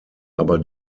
aber